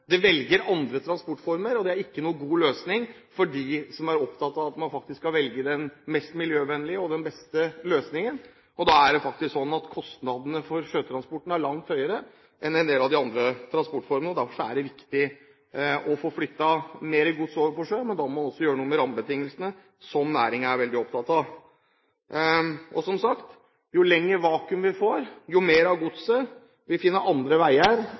ikke noen god løsning for dem som er opptatt av at man skal velge den mest miljøvennlige og beste løsningen. Det er sånn at kostnadene for sjøtransporten er langt høyere enn for en del av de andre transportformene. Det er viktig å få flyttet mer gods over på sjøen, men da må en også gjøre noe med rammebetingelsene, som næringen er veldig opptatt av. Som sagt, jo lenger vi får vakuum, jo mer av godset vil finne andre veier.